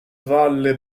valle